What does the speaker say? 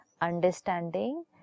Understanding